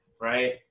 right